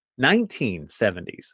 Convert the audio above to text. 1970s